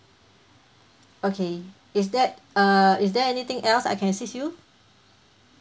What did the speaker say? okay is that err is there anything else I can assist you